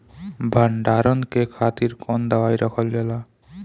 भंडारन के खातीर कौन दवाई रखल जाला?